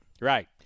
Right